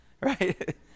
right